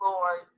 Lord